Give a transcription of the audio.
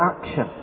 action